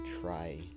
try